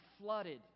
flooded